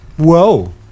Whoa